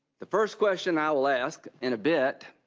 the first question i'll ask in a bit,